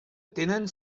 tenen